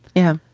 yeah,